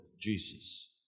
Jesus